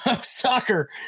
soccer